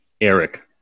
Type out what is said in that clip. Eric